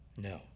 No